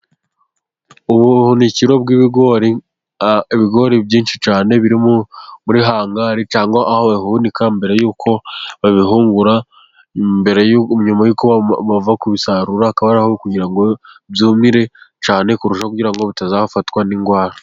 Ubuhunikiro bw'ibigori, ibigori byinshi cyane biri muri hangari cyangwa aho bahunika mbere y'uko babihungura, mbere nyuma yuko bava kubisarura, akaba ari aho kugira ngo byumire cyane kurusha, kugira ngo bitazafatwa n'indwara.